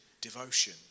devotion